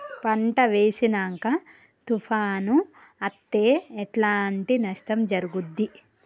పంట వేసినంక తుఫాను అత్తే ఎట్లాంటి నష్టం జరుగుద్ది?